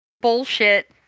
Bullshit